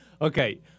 Okay